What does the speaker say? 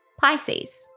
Pisces